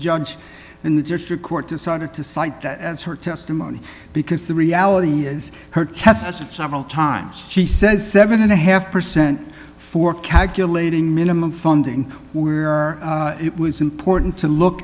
judge in the district court decided to cite that as her testimony because the reality is her chest says it several times she says seven and a half percent for calculating minimum funding where it was important to look